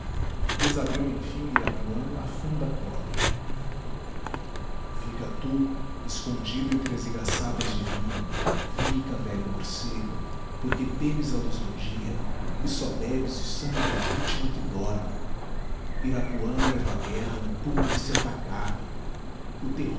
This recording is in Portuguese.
desabriu enfim irapuã a funda cólera fica tu escondido entre as igaçabas de vinho fica velho morcego porque temes a luz do dia e só bebes o sangue da vítima que dorme irapuã leva a guerra no punho de seu tacape o terror